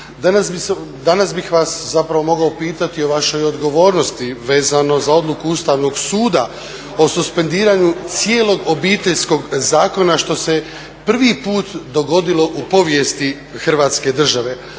Danas bih vas zapravo mogao pitati o vašoj odgovornosti vezano za odluku Ustavnog suda o suspendiranju cijelog Obiteljskog zakona što se prvi put dogodilo u povijesti Hrvatske države.